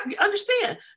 understand